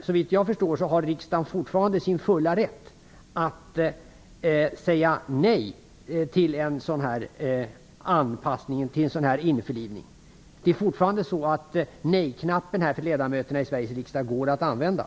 Såvitt jag förstår har riksdagen fortfarande sin fulla rätt att säga nej till en anpassning eller införlivning. Det är fortfarande så att nej-knappen går att använda i Sveriges riksdag - hoppas jag.